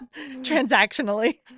Transactionally